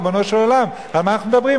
ריבונו של עולם, על מה אנחנו מדברים?